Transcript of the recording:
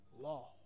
law